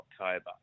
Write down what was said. October